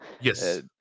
Yes